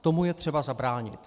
Tomu je třeba zabránit.